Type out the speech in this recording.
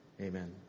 amen